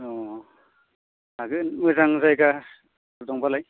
अह हागोन मोजां जायगा दंबालाय